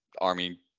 Army